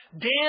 Dan